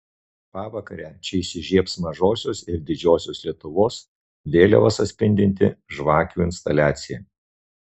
pavakarę čia įsižiebs mažosios ir didžiosios lietuvos vėliavas atspindinti žvakių instaliacija